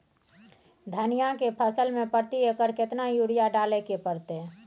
धनिया के फसल मे प्रति एकर केतना यूरिया डालय के परतय?